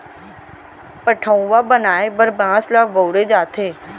पठअउवा बनाए बर बांस ल बउरे जाथे